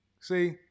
See